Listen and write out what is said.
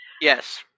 Yes